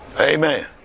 Amen